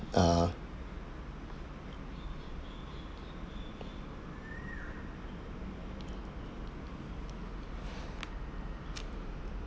ah